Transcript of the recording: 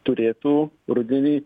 turėtų rudenį